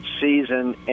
season